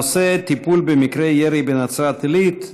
הנושא: טיפול במקרי ירי בנצרת עילית.